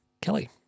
Kelly